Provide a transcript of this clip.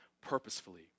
purposefully